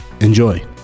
Enjoy